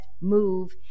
move